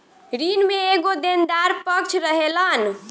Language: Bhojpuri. ऋण में एगो देनदार पक्ष रहेलन